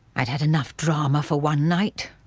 i'd had enough drama for one night.